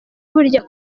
burya